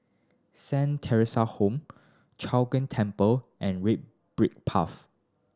Saint Theresa's Home Chong Ghee Temple and Red Brick Path